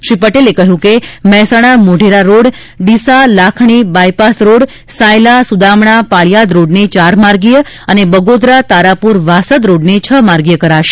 શ્રી પટેલે કહ્યું કે મહેસાજ્ઞા મોઢેરા રોડ ડીસા લાખજ્ઞી બાયપાસ રોડ સાયલા સદામડા પાળીયાદ રોડને ચારમાર્ગીય અને બગોદરા તારાપુર વાસદ રોડને છ માર્ગીય કરાશે